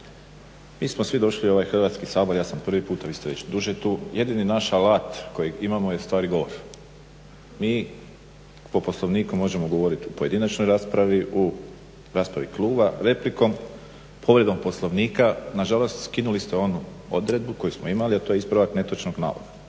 Mi smo svi došli u ovaj Hrvatski sabor, ja sam prvi puta, vi ste već duže tu, jedini naš alat kojeg imamo je ustvari govor. Mi po Poslovniku možemo govoriti o pojedinačnoj raspravi, u raspravi kluba, replikom, povredom Poslovnika, nažalost skinuli ste onu odredbu koju smo imali a to je ispravak netočnog navoda.